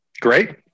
great